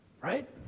Right